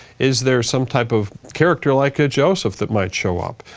is there some type of character like ah joseph that might show up?